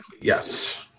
Yes